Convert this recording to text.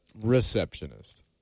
receptionist